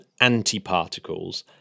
antiparticles